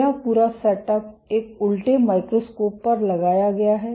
यह पूरा सेटअप एक उल्टे माइक्रोस्कोप पर लगाया गया है